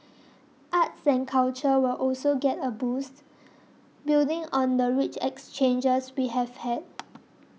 arts culture will also get a boost building on the rich exchanges we have had